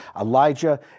Elijah